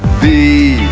b,